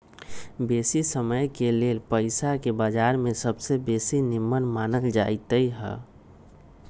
बेशी समयके लेल पइसाके बजार में सबसे बेशी निम्मन मानल जाइत हइ